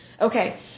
Okay